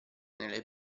nelle